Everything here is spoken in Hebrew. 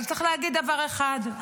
אבל צריך להגיד דבר אחד,